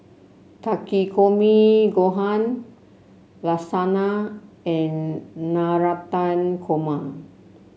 Takikomi Gohan Lasagna and Navratan Korma